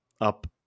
up